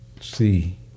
see